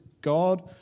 God